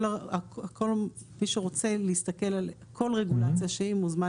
כל מי שרוצה להסתכל על כל רגולציה שהיא מוזמן